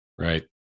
Right